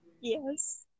Yes